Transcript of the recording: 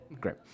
great